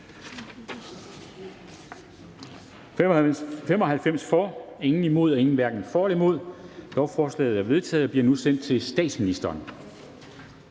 17 (DF, KF og NB), hverken for eller imod stemte 0. Lovforslaget er vedtaget og bliver nu sendt til statsministeren.